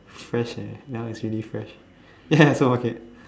fresh eh never see it before ya ya supermarket